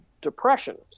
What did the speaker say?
depression